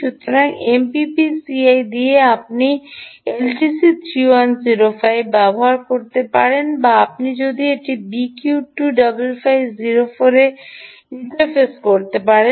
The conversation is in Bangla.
সুতরাং এমপিপিসিআই দিয়ে আপনি LTC3105 ব্যবহার করতে পারেন বা আপনি এটি BQ25504 এ ইন্টারফেস করতে পারেন